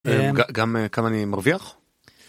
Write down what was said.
גם כמה אני מרוויח?